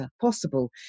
possible